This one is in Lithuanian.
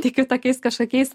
tikiu tokiais kažkokiais